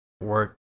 work